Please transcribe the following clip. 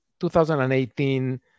2018